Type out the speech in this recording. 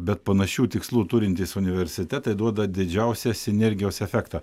bet panašių tikslų turintys universitetai duoda didžiausią sinergijos efektą